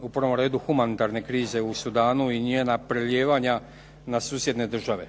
u prvom redu humanitarne krize u Sudanu i njena prelijevanja na susjedne države.